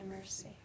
mercy